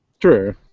true